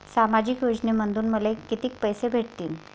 सामाजिक योजनेमंधून मले कितीक पैसे भेटतीनं?